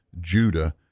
Judah